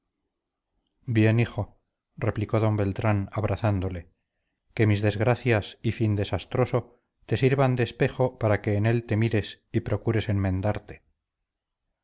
hijo replicó d beltrán abrazándole que mis desgracias y fin desastroso te sirvan de espejo para que en él te mires y procures enmendarte